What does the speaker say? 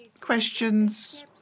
questions